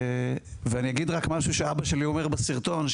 אני אגיד משהו שאבא שלי אומר בסרטון,